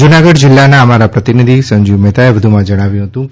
જુનાગઢ જિલ્લા ના અમારા પ્રતિનિધિ સંજીવ મેહતા એ વધુ માં જણાવ્યુ કે